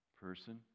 person